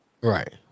Right